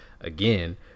again